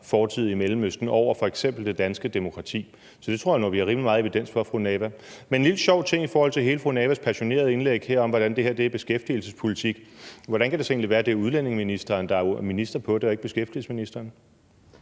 fortid i Mellemøsten over f.eks. det danske demokrati. Så det tror jeg nu vi har rimelig meget evidens for, fru Samira Nawa. Men der er en lille sjov ting i forhold til fru Samira Nawas passionerede indlæg her om, hvordan det her er beskæftigelsespolitik: Hvordan kan det så egentlig være, at det er udlændingeministeren, der er minister på det, og ikke beskæftigelsesministeren?